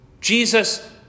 Jesus